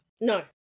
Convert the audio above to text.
No